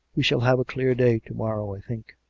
we shall have a clear day to-morrow, i think,